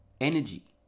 Energy